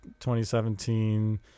2017